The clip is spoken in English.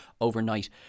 overnight